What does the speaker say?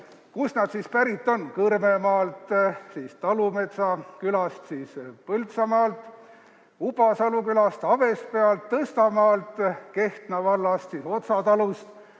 Kust need pärit on? Kõrvemaalt, Talumetsa külast, siis Põltsamaalt, Ubasalu külast, Avespealt, Tõstamaalt, Kehtna vallast, Otsa talust,